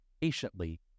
patiently